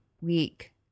week